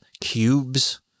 cubes